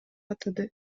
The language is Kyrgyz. атады